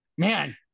Man